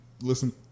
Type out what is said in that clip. listen